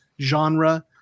genre